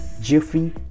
Jiffy